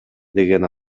деген